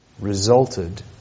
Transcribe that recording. resulted